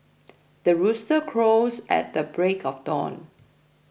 the rooster crows at the break of dawn